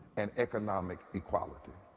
and economic equality.